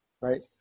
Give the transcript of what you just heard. Right